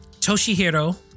Toshihiro